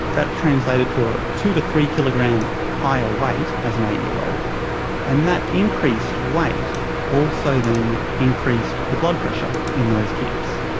that translated to a two to three kilogram higher weight as an eight-year-old, and that increased weight also then increased the blood pressure in those kids.